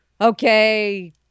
okay